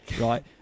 right